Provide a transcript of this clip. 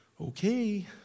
Okay